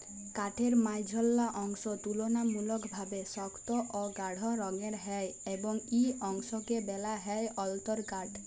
কাঠের মাইঝল্যা অংশ তুললামূলকভাবে সক্ত অ গাঢ় রঙের হ্যয় এবং ই অংশকে ব্যলা হ্যয় অল্তরকাঠ